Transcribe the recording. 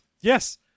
Yes